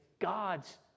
God's